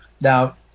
Now